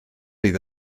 bydd